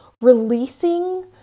releasing